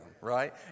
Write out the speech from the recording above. Right